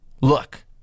look